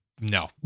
No